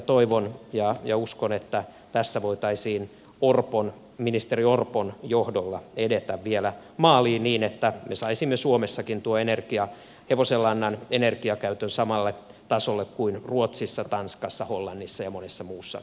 toivon ja uskon että tässä voitaisiin ministeri orpon johdolla edetä vielä maaliin niin että me saisimme suomessakin tuon hevosenlannan energiakäytön samalle tasolle kuin ruotsissa tanskassa hollannissa ja monessa muussa eu maassa